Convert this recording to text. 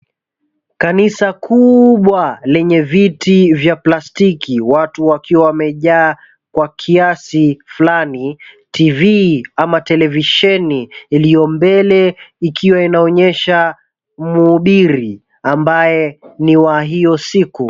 Kanisa kubwa lenye viti vya plastiki watu wakiwa wamejaa kwa kiasi fulani, TV ama televisheni iliyo mbele ikiwa inaonyesha muhubiri ambaye ni wa hiyo siku.